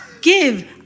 give